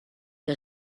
que